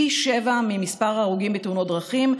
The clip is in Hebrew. פי שבעה ממספר ההרוגים בתאונות הדרכים.